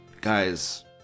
guys